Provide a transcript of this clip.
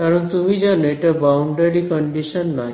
কারণ তুমি জানো এটা বাউন্ডারি কন্ডিশন নয়